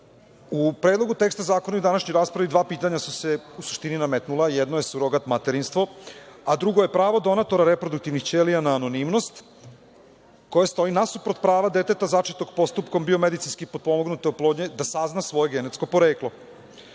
Predlogu teksta zakona i u današnjoj raspravi dva pitanja su se u suštini nametnula. Jedno je surogat materinstvo, a drugo je pravo donatora reproduktivnih ćelija na anonimnost, koje stoji nasuprot prava deteta začetog postupkom biomedicinski potpomognute oplodnje da sazna svoje genetsko poreklo.